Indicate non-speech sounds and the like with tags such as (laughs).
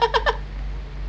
(laughs)